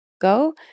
go